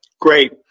Great